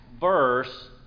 verse